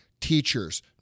Teachers